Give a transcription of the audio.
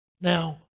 Now